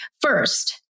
First